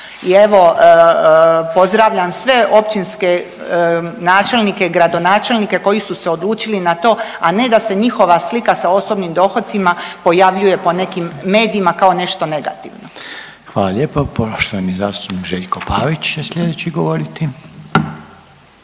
I evo, pozdravljam sve općinske načelnike i gradonačelnike koji su se odlučili na to, a ne da se njihova slika sa osobnim dohocima pojavljuje po nekim medijima kao nešto negativno. **Reiner, Željko (HDZ)** Hvala lijepo. Poštovani zastupnik Željko Pavić će slijedeći govoriti.